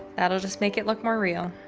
that'll just make it look more real.